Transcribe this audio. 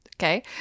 okay